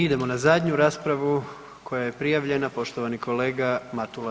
I idemo na zadnju raspravu koja je prijavljena, poštovani kolega Matula.